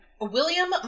William